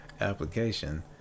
application